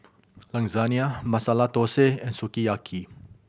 Lasagne Masala Dosa and Sukiyaki